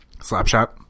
Slapshot